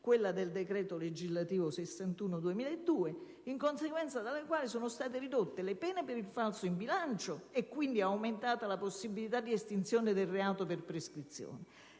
commerciali (decreto legislativo n. 61 del 2002), in conseguenza delle quali sono state ridotte le pene per il falso in bilancio e dunque aumentata la possibilità di estinzione del reato per prescrizione,